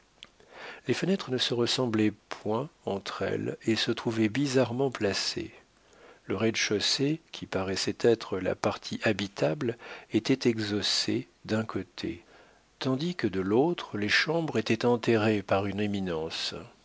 les fenêtres ne se ressemblaient point entre elles et se trouvaient bizarrement placées le rez-de-chaussée qui paraissait être la partie habitable était exhaussé d'un côté tandis que de l'autre les chambres étaient enterrées par une éminence